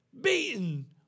Beaten